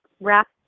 wrap